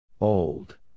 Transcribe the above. Old